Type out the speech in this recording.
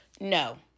No